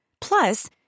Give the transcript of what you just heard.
Plus